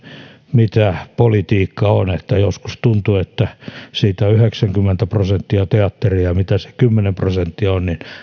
mitä politiikka on että joskus tuntuu että siitä on yhdeksänkymmentä prosenttia teatteria ja mitä se kymmenen prosenttia on sitä